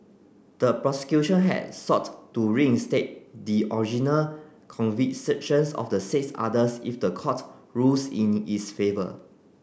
the prosecution had sought to reinstate the original convictions of the six others if the court rules in its favour